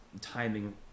timing